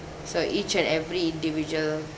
so each and every individual